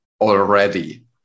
already